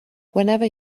whenever